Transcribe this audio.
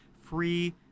free